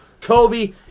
Kobe